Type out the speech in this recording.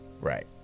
Right